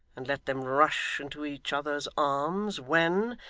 and let them rush into each other's arms, when,